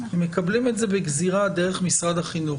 הם מקבלים את זה בגזירה דרך משרד החינוך.